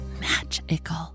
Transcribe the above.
magical